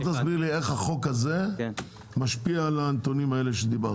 תסביר לי איך החוק הזה משפיע על הנתונים האלה שדיברת עליהם.